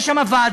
יש שם ועדה.